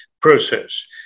process